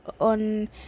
on